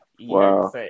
Wow